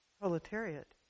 Proletariat